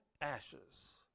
ashes